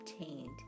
obtained